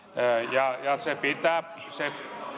ja se pitää niin